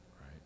right